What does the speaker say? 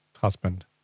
husband